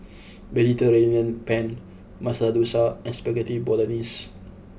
Mediterranean Penne Masala Dosa and Spaghetti Bolognese